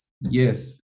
yes